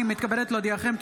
אני מתכבדת להודיעכם,